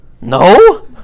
No